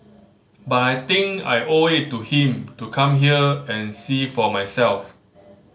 but I think I owe it to him to come here and see for myself